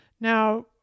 now